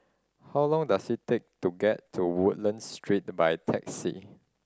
how long does it take to get to Woodlands Street by taxi